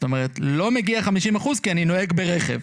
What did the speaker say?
לא מגיעים לי 50 אחוזים כי אני נוהג ברכב.